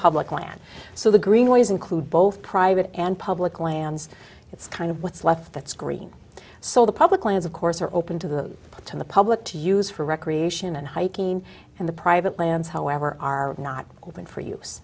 public lands so the greenways include both private and public lands it's kind of what's left that's green so the public lands of course are open to the to the public to use for recreation and hiking and the private lands however are not open for